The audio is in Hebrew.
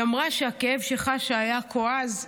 היא אמרה שהכאב שחשה היה כה עז,